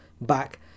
back